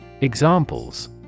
Examples